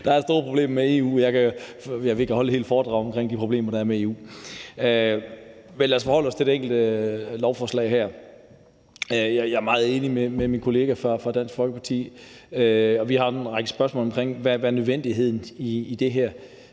Der er store problemer med EU, ja, vi kan holde et helt foredrag om de problemer, der er med EU. Men lad os forholde os til det her lovforslag. Jeg er meget enig med min kollega fra Dansk Folkeparti. Vi har en række spørgsmål om nødvendigheden i det her.